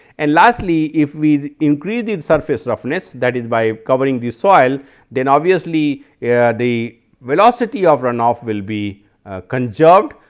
and, lastly if we increase the and surface roughness that is by covering the soil then obviously, ah yeah the velocity of runoff will be ah conserved.